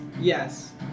Yes